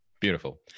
beautiful